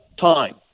time